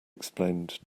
explained